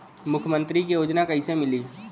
मुख्यमंत्री के योजना कइसे मिली?